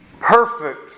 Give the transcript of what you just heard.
perfect